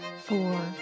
four